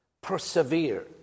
Persevere